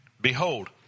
Behold